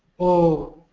or